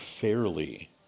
fairly